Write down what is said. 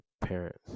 parents